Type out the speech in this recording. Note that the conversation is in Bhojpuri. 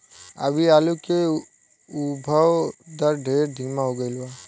अभी आलू के उद्भव दर ढेर धीमा हो गईल बा